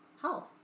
health